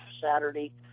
Saturday